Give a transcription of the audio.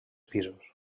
pisos